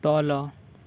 ତଳ